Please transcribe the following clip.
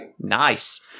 Nice